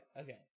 okay